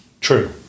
True